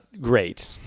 great